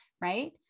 right